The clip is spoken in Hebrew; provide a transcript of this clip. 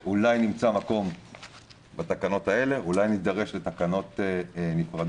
אולי נמצא מקום בתקנות האלה ואולי נידרש לתקנות נפרדות.